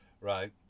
right